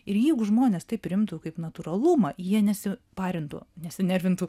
ir jeigu žmonės tai priimtų kaip natūralumą jie nesiparintų nesinervintų